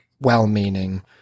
well-meaning